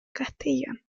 castellón